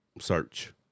search